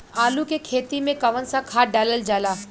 आलू के खेती में कवन सा खाद डालल जाला?